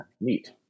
Neat